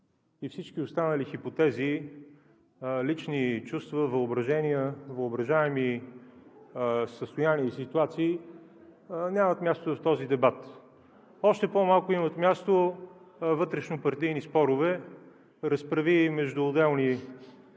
всички останали хипотези, лични чувства, въображения, въображаеми състояния и ситуации нямат място в този дебат, още по-малко имат място вътрешнопартийни спорове, разправии между отделни